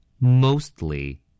Mostly